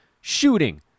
shooting